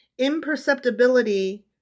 Imperceptibility